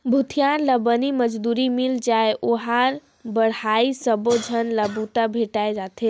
भूथियार ला बनी मजदूरी मिल जाय लोहार बड़हई सबो झन ला बूता भेंटाय जाथे